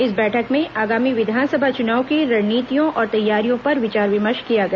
इस बैठक में आगामी विधानसभा चुनाव की रणनीतियों और तैयारियों पर विचार विमर्श किया गया